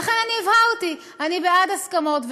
לכן אני הבהרתי: אני בעד הסכמות,